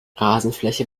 rasenfläche